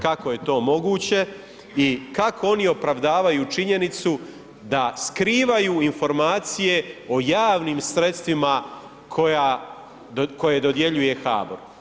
Kako je to moguće i kako oni opravdavaju činjenicu da skrivaju informacije o javnim sredstvima koja, koje dodjeljuje HABOR?